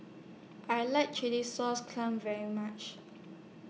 I like Chilli Sauce Clams very much